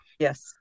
Yes